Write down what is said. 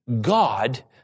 God